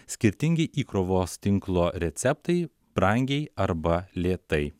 skirtingi įkrovos tinklo receptai brangiai arba lėtai